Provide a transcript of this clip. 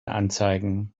anzeigen